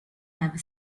have